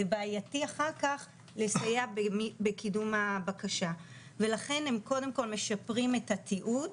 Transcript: זה בעייתי אחר כך לסייע בקידום הבקשה ולכן הם קודם כל משפרים את התיעוד,